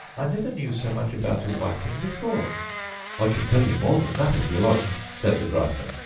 i never knew so much about a whiting before i can tell you more than that, if you like said the gryphon.